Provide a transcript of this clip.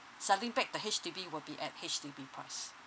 selling back to H_D_B will be at H_D_B price